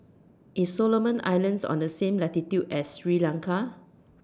IS Solomon Islands on The same latitude as Sri Lanka